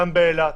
גם באילת,